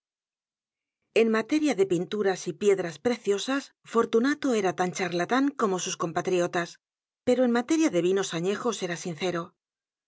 n materia de pinturas y piedras preciosas f o r t u nato era tan charlatán como sus compatriotas pero en materia de vinos añejos era sincero